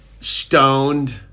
stoned